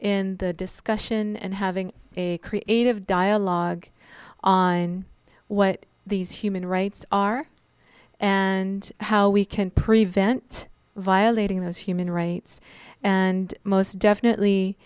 in the discussion and having a creative dialogue on what these human rights are and how we can prevent violating those human rights and most definitely